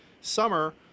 summer